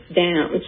down